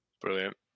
Brilliant